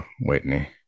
Whitney